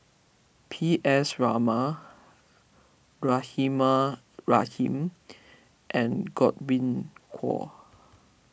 P S Raman Rahimah Rahim and Godwin Koay